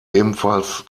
ebenfalls